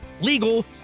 Legal